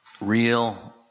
real